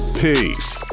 peace